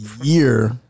year